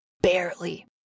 barely